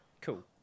Cool